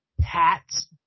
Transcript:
Pat's